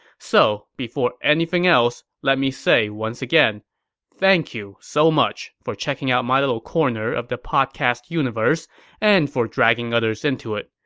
so before anything else, let me say once again thank you so much for checking out my little corner of the podcast universe and for dragging others into it.